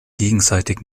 gegenseitig